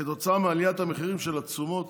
כתוצאה מעליית המחירים של התשומות